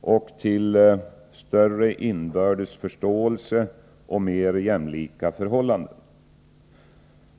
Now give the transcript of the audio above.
och till större inbördes förståelse och mer jämlika förhållanden.